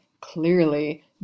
clearly